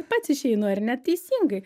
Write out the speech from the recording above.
pats išeinu ar ne teisingai